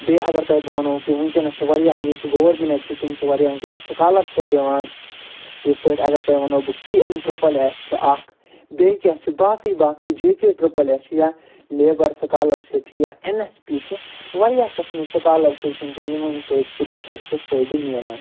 بیٚیہِ اگر تۄہہِ بہٕ ونو کہِ وٕنۍکٮ۪نَس چھِ واریاہ یُس سُہ گورمٮ۪نٛٹ چھِ تِم چھِ واریاہ وٕنۍکٮ۪نَس سکالَرشِپ دِوان یِتھ پٲٹھۍ تۄہہِ اگر وَنو بہٕ پی ایٚم ٹِرٛپل ایٚس چھِ اکھ بیٚیہِ کیاہ چھِ باقٕے باقٕے جے کے ٹِرٛپل ایٚس چھِ یا لیبَر سکالَرشِپ چھِ یا ایٚن ایٚس پی چھِ واریاہ قٕسمٕچ سکالَرشِپ چھِ وٕنۍکٮ۪ن یِمَن سۭتۍ کہِ بَچَس چھُ فٲیدٕ مِلان